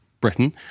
Britain